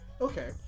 Okay